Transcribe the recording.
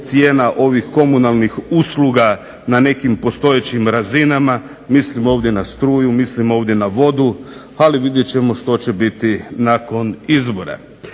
cijena ovih komunalnih usluga na nekim postojećim razinama. Mislim ovdje na struju, mislim ovdje na vodu. Ali vidjet ćemo što će biti nakon izbora.